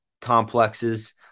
complexes